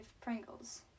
pringles